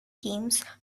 games